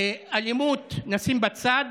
נשים את האלימות בצד,